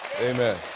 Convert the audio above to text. Amen